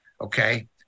Okay